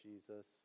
Jesus